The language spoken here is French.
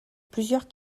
plusieurs